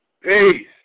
Peace